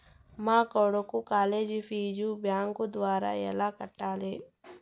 మా కొడుకు college fee bank ద్వారా ఎలా కట్టాలి?